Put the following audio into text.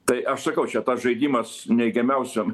tai aš sakau čia tas žaidimas neigiamiausioms